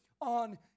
on